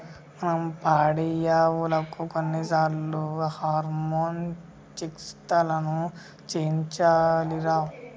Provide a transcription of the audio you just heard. మనం పాడియావులకు కొన్నిసార్లు హార్మోన్ చికిత్సలను చేయించాలిరా